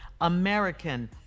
American